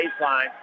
baseline